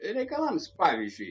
reikalams pavyzdžiui